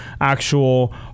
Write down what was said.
actual